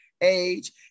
age